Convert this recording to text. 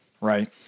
Right